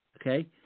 Okay